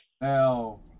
Now